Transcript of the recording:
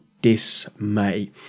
dismay